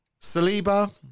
Saliba